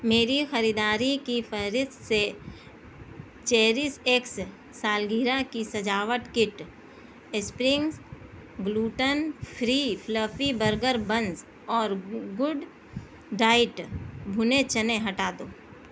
میری خریداری کی فہرست سے چیریش ایکس سالگرہ کی سجاوٹ kit Springs gluten free fluffy burger buns اور گوڈ ڈائٹ بھنے چنے ہٹا دو